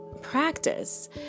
practice